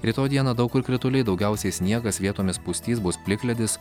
rytoj dieną daug kur krituliai daugiausiai sniegas vietomis pustys bus plikledis